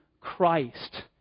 Christ